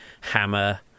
hammer